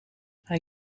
hij